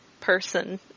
person